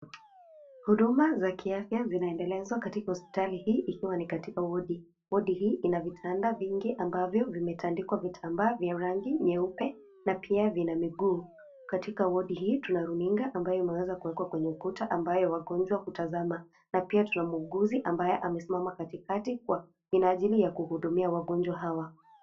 Huduma za kiafya zinaendelezwa katika hospitali hii ikiwa ni katika wodi, wodi hii ina vitanda vingi ambavyo vimetandikwa vitambaa vya rangi nyeupe na pia vina miguu. Katika wodi hii tuna runinga ambayo imeweza kuwekwa kwa ukuta ambayo wagonjwa hutazama na pia tuna muuguzi ambaye amesimama katikati kwa minajili ya kuhudumia wagonjwa hawa.